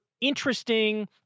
interesting